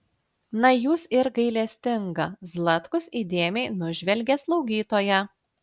na jūs ir gailestinga zlatkus įdėmiai nužvelgė slaugytoją